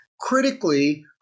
critically